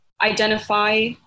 identify